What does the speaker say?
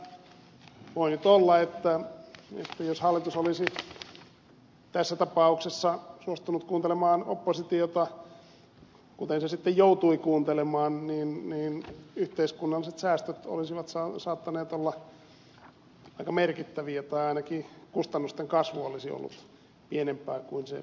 niinpä voi nyt olla että jos hallitus olisi tässä tapauksessa suostunut kuuntelemaan oppositiota kuten se sitten joutui kuuntelemaan niin yhteiskunnalliset säästöt olisivat saattaneet olla aika merkittäviä tai ainakin kustannusten kasvu olisi ollut pienempää kuin se nyt on ollut